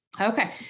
Okay